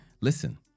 Listen